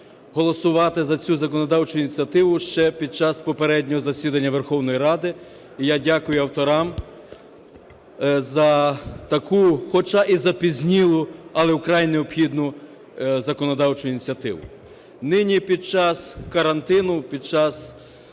голосувати за цю законодавчу ініціативу ще під час попереднього засідання Верховної Ради, і я дякую авторам за таку, хоча і запізнілу, але вкрай необхідну законодавчу ініціативу. Нині під час карантину, під час